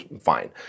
fine